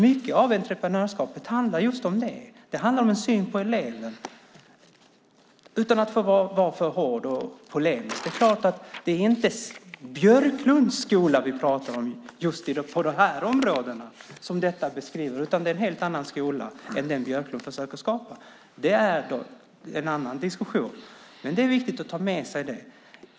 Mycket av entreprenörskapet handlar just om det. Det handlar om en syn på eleven. Utan att vara för hård och polemisk: Det är klart att det inte är Björklunds skola vi pratar om just på de områden vi beskriver nu. Det är en helt annan skola än den Björklund försöker skapa. Det är dock en annan diskussion, men det är viktigt att ta med sig detta.